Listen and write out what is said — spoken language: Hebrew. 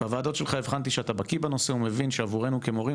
בוועדות שלך הבחנתי שאתה בקיא בנושא ומבין שעבורנו המורים,